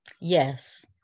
Yes